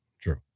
true